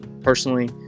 personally